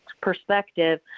perspective